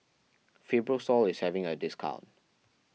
Fibrosol is having a discount